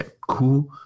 Cool